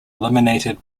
eliminated